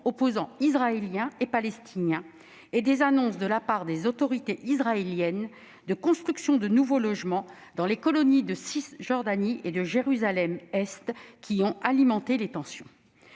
opposant Israéliens et Palestiniens et des annonces, de la part des autorités israéliennes, de constructions de nouveaux logements dans les colonies de Cisjordanie et de Jérusalem-Est qui ont alimenté les tensions.